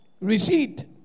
receipt